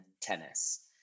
tennis